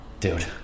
dude